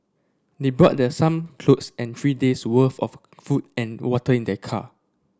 they brought that some clothes and three days'worth of food and water in their car